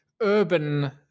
urban